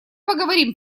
поговорим